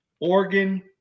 Oregon